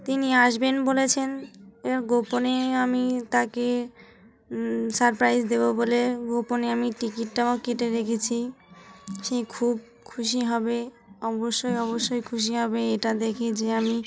তিনি আসবেন বলেছেন এর গোপনে আমি তাকে সারপ্রাইজ দেবো বলে গোপনে আমি টিকিটটাও কেটে রেখেছি সে খুব খুশি হবে অবশ্যই অবশ্যই খুশি হবে এটা দেখে যে আমি